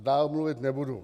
Dále mluvit nebudu.